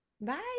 Bye